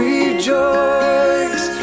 Rejoice